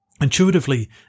Intuitively